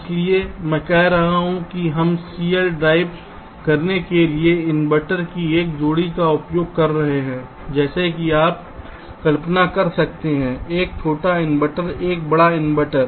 इसलिए मैं कह रहा हूं कि हम CL ड्राइव करने के लिए इनवर्टर की एक जोड़ी का उपयोग कर रहे हैं जैसे कि आप कल्पना कर सकते हैं एक छोटा इन्वर्टर एक बड़ा इन्वर्टर